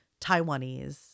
Taiwanese